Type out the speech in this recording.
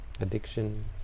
addiction